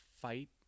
fight